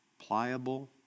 pliable